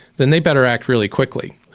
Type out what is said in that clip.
then they'd better act really quickly.